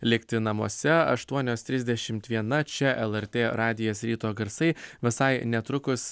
likti namuose aštuonios trisdešimt viena čia lrt radijas ryto garsai visai netrukus